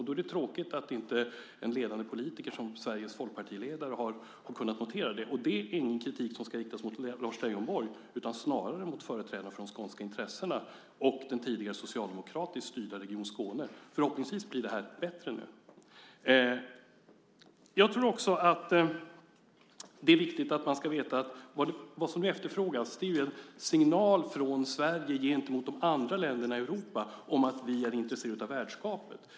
Då är det tråkigt att inte en ledande politiker som Sveriges folkpartiledare har kunnat notera detta. Och det är ingen kritik som ska riktas mot Lars Leijonborg, snarare mot företrädare för de skånska intressena och den tidigare socialdemokratiskt styrda Region Skåne. Förhoppningsvis blir det här bättre nu. Jag tror också att det är viktigt att man vet vad som efterfrågas. Det är ju en signal från Sverige gentemot de andra länderna i Europa om att vi är intresserade av värdskapet.